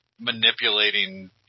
manipulating